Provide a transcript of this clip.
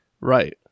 right